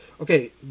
Okay